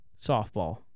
softball